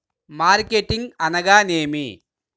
Marketing అనగానేమి?